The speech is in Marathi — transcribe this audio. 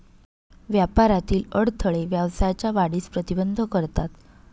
व्यापारातील अडथळे व्यवसायाच्या वाढीस प्रतिबंध करतात